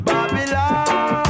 Babylon